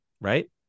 Right